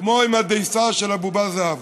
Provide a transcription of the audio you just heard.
כמו עם הדייסה של הבובה זהבה.